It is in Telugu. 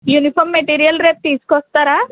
యూనిఫార్మ్ మెటీరియల్ రేపు తీసుకొస్తారా